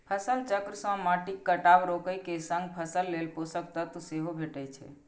फसल चक्र सं माटिक कटाव रोके के संग फसल लेल पोषक तत्व सेहो भेटै छै